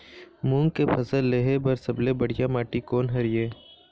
मूंग के फसल लेहे बर सबले बढ़िया माटी कोन हर ये?